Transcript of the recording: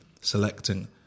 selecting